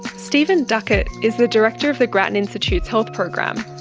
stephen duckett is the director of the grattan institute's health program.